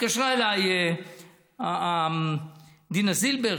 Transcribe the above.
התקשרה אליי דינה זילבר,